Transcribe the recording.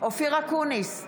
אופיר אקוניס,